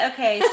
Okay